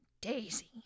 Daisy